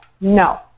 No